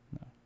No